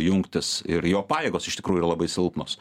jungtis ir jo pajėgos iš tikrųjų yra labai silpnos